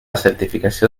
certificació